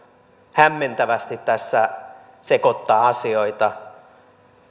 hämmentävästi tässä sekoittaa asioita